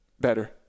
better